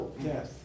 Yes